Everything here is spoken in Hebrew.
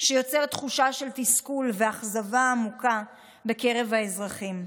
שיוצר תחושה של תסכול ואכזבה עמוקה בקרב האזרחים.